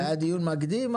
היה דיון מקדים?